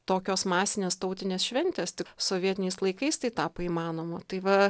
tokios masinės tautinės šventės tik sovietiniais laikais tai tapo įmanoma tai va